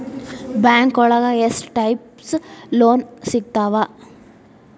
ಬ್ಯಾಂಕೋಳಗ ಎಷ್ಟ್ types loan ಸಿಗ್ತಾವ?